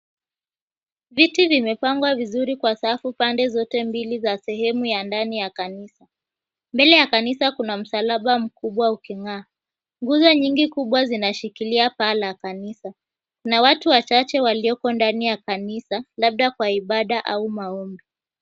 Viti vimepangwa vizuri kwa safu pande zote mbili za sehemu ya ndani ya kanisa mbele ya kanisa kuna msalaba mkubwa uking'aa nguzo nyingi kubwa zinashikilia paa la kanisa, na watu wachache walioko ndani ya kanisa labda kwa ibada au maombi.